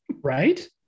Right